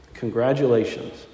Congratulations